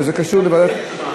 וזה קשור לוועדת,